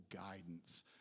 guidance